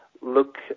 Look